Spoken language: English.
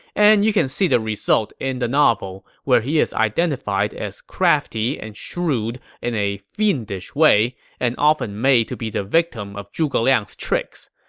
and you can see the result in the novel, where he is identified as crafty and in a fiendish way and often made to be the victim of zhuge liang's tricks.